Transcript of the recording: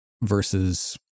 versus